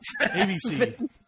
ABC